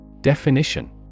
Definition